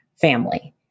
family